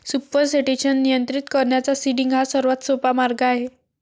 supersaturation नियंत्रित करण्याचा seeding हा सर्वात सोपा मार्ग आहे